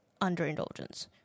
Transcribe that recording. underindulgence